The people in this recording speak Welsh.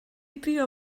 drio